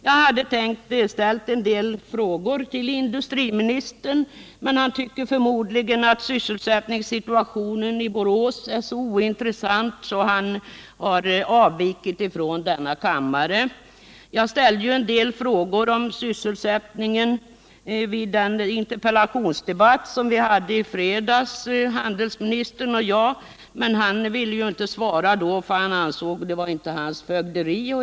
Jag hade tänkt ställa en del frågor till industriministern. Men han tycker förmodligen att sysselsättningssituationen i Borås är ointressant, eftersom han har avvikit från denna kammare. I fredagens interpellationsdebatt mellan handelsministern och mig ställde jag en del frågor om sysselsättningen. Handelsministern ville då inte svara, eftersom han ansåg att det inte var hans fögderi.